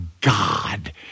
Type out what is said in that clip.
God